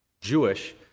Jewish